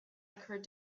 occurred